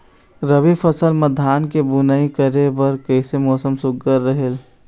रबी फसल म धान के बुनई करे बर किसे मौसम सुघ्घर रहेल?